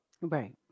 Right